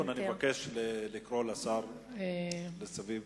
אני מבקש לקרוא לשר לשבת סביב